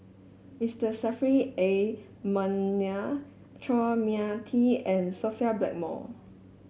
Mister Saffri A Manaf Chua Mia Tee and Sophia Blackmore